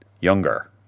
younger